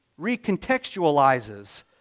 recontextualizes